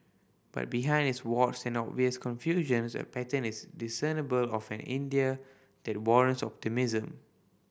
but behind its warts and obvious confusions a pattern is discernible of an India that warrants optimism